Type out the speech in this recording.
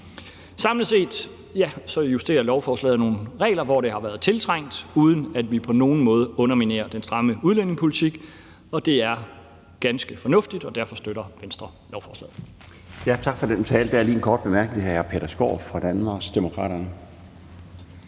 Samlet set justerer lovforslaget nogle regler, hvor det har været tiltrængt, uden at vi på nogen måde underminerer den stramme udlændingepolitik. Det er ganske fornuftig, og derfor støtter Venstre lovforslaget. Kl. 12:23 Den fg. formand (Bjarne Laustsen): Tak for den tale. Der er lige en kort bemærkning til hr. Peter Skaarup fra Danmarksdemokraterne.